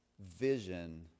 vision